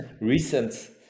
recent